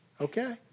Okay